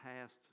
past